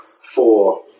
four